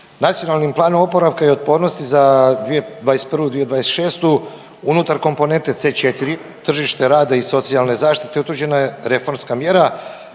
one su se počele događati. NPOO-om za 2021.-2026. unutar komponente C4 tržište rada i socijalne zaštite utvrđena je reformska mjera,